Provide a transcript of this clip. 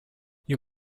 you